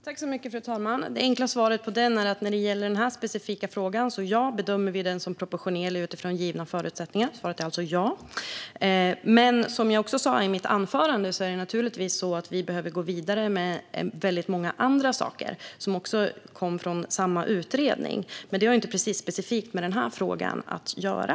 Fru talman! Det enkla svaret är att när det gäller denna specifika fråga bedömer vi propositionen som proportionerlig utifrån givna förutsättningar. Svaret är alltså ja. Men som jag också sa i mitt anförande behöver vi naturligtvis gå vidare med väldigt många andra saker som kom från samma utredning. Men det har inte specifikt med denna fråga att göra.